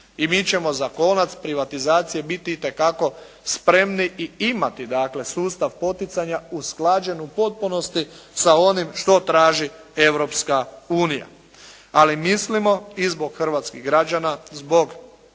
I mi ćemo za kolac privatizacije biti itekako spremni i imati dakle sustav poticanja usklađen u potpunosti sa onim što traži Europska unija. Ali mislimo i zbog hrvatskih građana, zbog